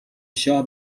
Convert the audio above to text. شاه